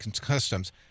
customs